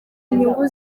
inyungu